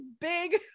big